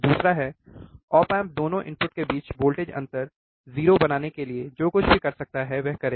दूसरा है op amp दोनो इनपुट के बीच वोल्टेज अंतर 0 बनाने के लिए जो कुछ भी कर सकता है वह करेगा